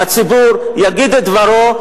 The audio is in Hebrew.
הציבור יגיד את דברו.